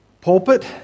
pulpit